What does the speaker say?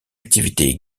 activité